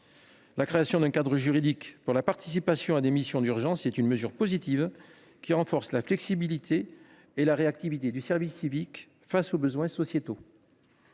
La création d’un cadre juridique pour la participation à des missions d’urgence est une mesure positive : la flexibilité et la réactivité du service civique face aux besoins sociétaux